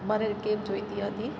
મારે કેબ જોઈતી હતી